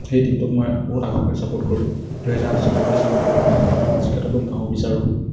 সেই টীমটোক মই বহুত আগৰপৰাই চপৰ্ট কৰোঁ দুহেজাৰ আঠ চনৰেপৰাই চাপৰ্ট কৰোঁ সেই টীমটোক জিকাটো খুব ভাবো বিচাৰোঁ